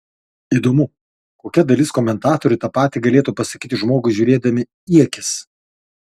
įdomu kokia dalis komentatorių tą patį galėtų pasakyti žmogui žiūrėdami į akis